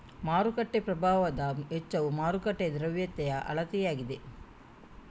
ಮಾರುಕಟ್ಟೆ ಪ್ರಭಾವದ ವೆಚ್ಚವು ಮಾರುಕಟ್ಟೆಯ ದ್ರವ್ಯತೆಯ ಅಳತೆಯಾಗಿದೆ